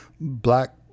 black